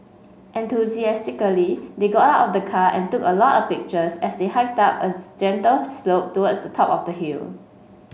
enthusiastically they got out of the car and took a lot of pictures as they hiked up a gentle slope towards the top of the hill